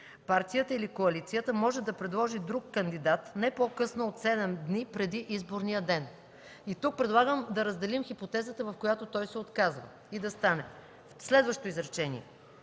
партията или коалицията може да предложи друг кандидат не по-късно от седем дни преди изборния ден.” Тук предлагам да разделим хипотезата, в която той се отказва и да стане, тоест добавяме изречение